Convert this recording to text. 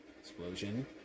Explosion